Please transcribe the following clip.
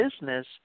business